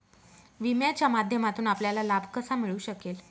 विम्याच्या माध्यमातून आपल्याला लाभ कसा मिळू शकेल?